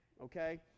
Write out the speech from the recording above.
okay